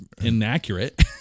inaccurate